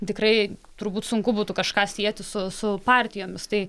tikrai turbūt sunku būtų kažką sieti su su partijomis tai